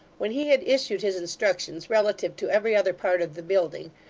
when he had issued his instructions relative to every other part of the building,